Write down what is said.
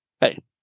Hey